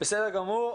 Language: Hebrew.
בסדר גמור.